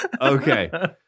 Okay